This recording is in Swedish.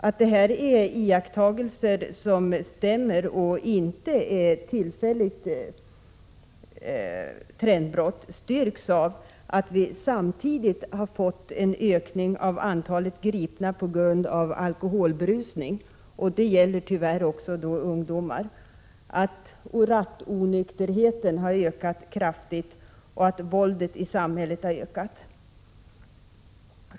Att det här är iakttagelser som stämmer och inte är ett tillfälligt trendbrott styrks av att vi samtidigt fått en ökning av antalet gripna på grund av alkoholberusning — det gäller tyvärr också ungdomar —, att rattonykterheten har ökat kraftigt och att våldet i samhället har tilltagit.